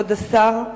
כבוד השר,